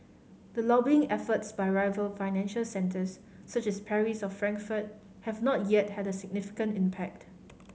the lobbying efforts by rival financial centres such as Paris or Frankfurt have not yet had a significant impact